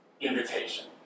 invitation